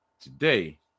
today